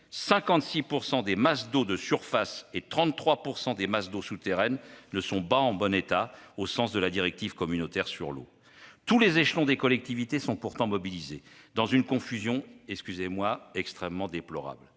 56 % des masses d'eau de surface et 33 % des masses d'eau souterraine ne sont pas en bon état au sens de la directive communautaire sur l'eau. Pourtant, tous les échelons des collectivités sont mobilisés, dans une confusion déplorable.